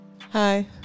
Hi